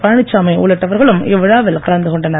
பழனிச்சாமி உள்ளிட்டவர்களும் இவ்விழாவில் கலந்து கொண்டனர்